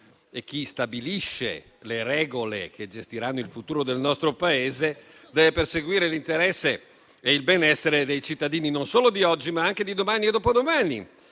chi stabilisce le regole che gestiranno il futuro del nostro Paese, deve perseguire l'interesse e il benessere dei cittadini non solo di oggi, ma anche di domani e dopodomani